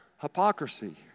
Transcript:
hypocrisy